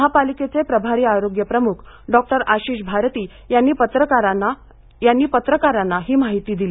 महापालिकेचे प्रभारी आरोग्य प्रम्ख डॉक्टर आशिष भारती यांनी पत्रकारांना ही माहिती दिली